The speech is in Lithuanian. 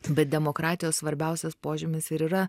tada demokratijos svarbiausias požymis ir yra